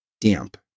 Damp